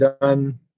done